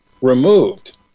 removed